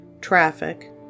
traffic